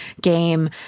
game